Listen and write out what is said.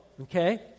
okay